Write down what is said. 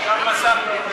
מסך אחד שלא עובד.